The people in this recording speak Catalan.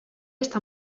està